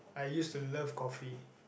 I used to love coffee